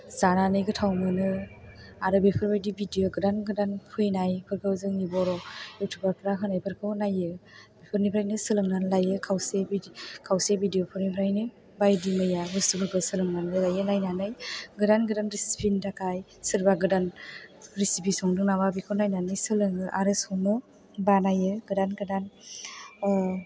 जानानै गोथाव मोनो आरो बेफोरबायदि भिदिय' गोदान गोदान फैनायफोरखौ जोंनि बर' युटुबारफोरा होनायफोरखौ नायो बिफोरनिफ्रायनो सोलोंनानै लायो खावसे भिदिय' खावसे भिदिय'फोरनिफ्रायनो बायदि मैया बुस्तुफोरखौ सोलोंनानै लायो नायनानै गोदान गोदान रिसिपिनि थाखाय सोरबा गोदान रिसिपि संदों नामा बेखौ नायनानै सोलोङो आरो सङो बानायो गोदान गोदान